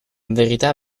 verità